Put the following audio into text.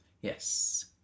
Yes